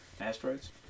asteroids